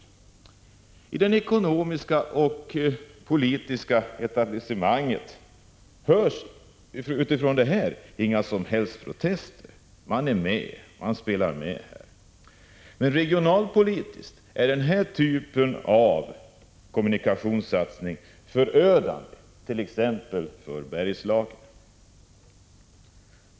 Från det ekonomiska och politiska etablissemanget hörs inga som helst protester, utan man spelar med. Regionalpolitiskt är denna typ av kommunikationssatsning förödande, t.ex. för Bergslagen.